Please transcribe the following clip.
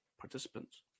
participants